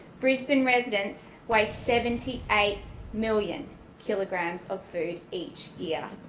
brisbane residents waste seventy eight million kilograms of food each year.